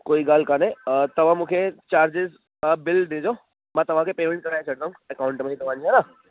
कोई ॻाल्हि कोन्हे तव्हां मूंखे चार्जिस तव्हां बिल ॾिजो मां तव्हां खे पेमैंट कराई छॾींदमि एकाउंट में ई तव्हां जे हैना